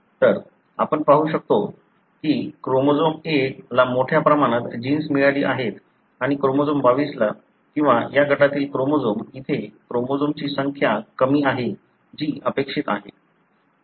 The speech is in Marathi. तर आपण पाहू शकता की क्रोमोझोम 1 ला मोठ्या प्रमाणात जिन्स मिळाली आहेत आणि क्रोमोझोम 22 किंवा या गटातील क्रोमोझोम इथे क्रोमोझोम्सची संख्या कमी आहे जी अपेक्षित आहे